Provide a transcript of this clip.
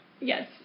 Yes